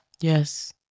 Yes